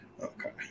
okay